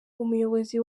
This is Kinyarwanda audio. umuyobozi